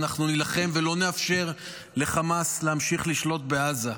ואנחנו נילחם ולא נאפשר לחמאס להמשיך לשלוט בעזה.